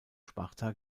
sparta